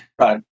Right